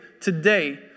today